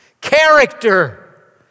character